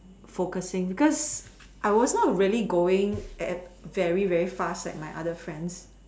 focusing because I was not really going at very very fast like my other friends